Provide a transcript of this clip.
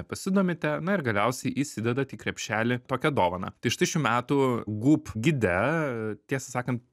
pasidomite na ir galiausiai įsidedat į krepšelį tokią dovaną tai štai šių metų gup gide tiesą sakant